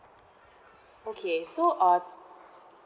okay so uh